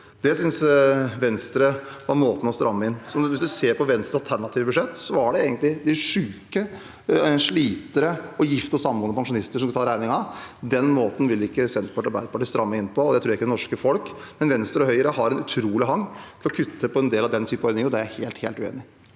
Det syntes Venstre var måten å stramme inn på. Hvis man ser på Venstres alternative budsjett, var det egentlig de syke, sliterne og gifte og samboende pensjonister som skulle betale regningen. Den måten vil ikke Senterpartiet og Arbeiderpartiet stramme inn på, og det tror jeg heller ikke det norske folk vil. Venstre og Høyre har en utrolig hang til å kutte i en del av den typen ordninger, og det er jeg helt uenig